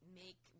make